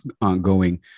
ongoing